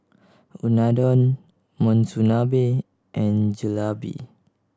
Unadon Monsunabe and Jalebi